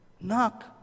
Knock